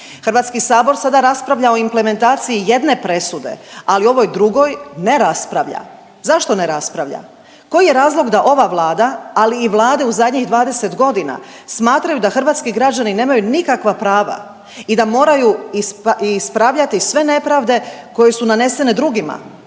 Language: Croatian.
zakon. HS sada raspravlja o implementaciji jedne presude, ali o ovoj drugoj ne raspravlja. Zašto ne raspravlja? Koji je razlog da ova Vlada, ali i vlade u zadnjih 20 godina smatraju da hrvatski građani nemaju nikakva prava i da moraju ispravljati sve nepravde koje su nanesene drugima,